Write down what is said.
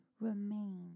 remain